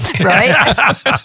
Right